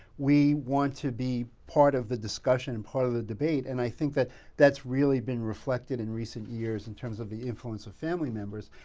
we want to be part of the discussion, and part of the debate. and i think that that's really been reflected in recent years in terms of the influence of family members.